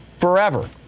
forever